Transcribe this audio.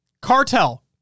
Cartel